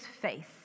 faith